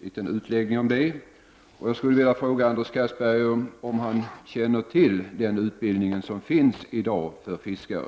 liten utläggning om det. Jag skulle vilja fråga Anders Castberger om han känner till den utbildning som finns i dag för fiskare.